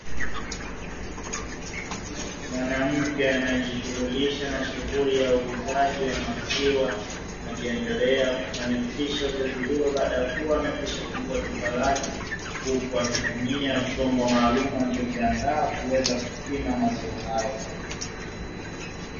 Mwanamke anayejishughulisha na shughuli ya uuzaji wa maziwa, akiendelea kufanikisha zoezi hilo baada ya kuwa ameshafungua duka lake, huku akitumia chombo maalumu alichokiandaa kuweza kupima maziwa hayo.